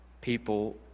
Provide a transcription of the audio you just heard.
people